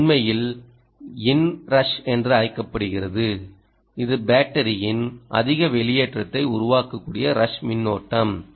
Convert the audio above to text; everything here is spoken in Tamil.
இது உண்மையில் இன் ரஷ் என்று அழைக்கப்படுகிறது இது பேட்டரியின் அதிக வெளியேற்றத்தை உருவாக்கக்கூடிய ரஷ் மின்னோட்டம்